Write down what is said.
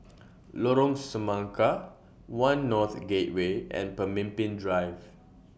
Lorong Semangka one North Gateway and Pemimpin Drive